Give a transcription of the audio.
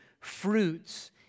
fruits